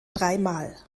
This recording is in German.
dreimal